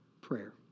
prayer